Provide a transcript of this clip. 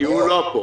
כי הוא לא פה.